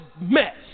mess